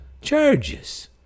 charges